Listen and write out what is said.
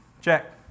Check